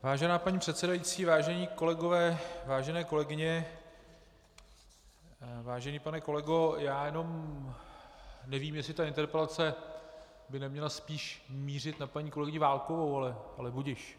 Vážená paní předsedající, vážení kolegové, vážené kolegyně, vážený pane kolego, já jenom nevím, jestli ta interpelace by neměla spíše mířit na paní kolegyni Válkovou, ale budiž.